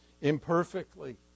imperfectly